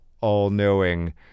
all-knowing